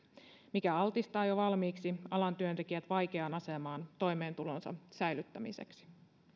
mikä altistaa jo valmiiksi alan työntekijät vaikeaan asemaan toimeentulonsa säilyttämiseksi